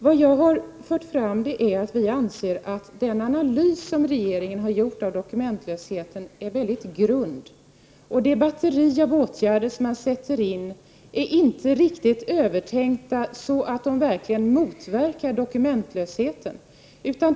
Vad jag har fört fram är att vi anser att den analys som regeringen har gjort av dokumentlösheten är mycket grund. Det batteri av åtgärder som man sätter in är inte riktigt genomtänkta, så att de verkligen motverkar dokumentlösheten.